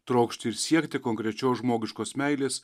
trokšti ir siekti konkrečios žmogiškos meilės